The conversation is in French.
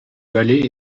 vallée